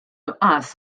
nuqqas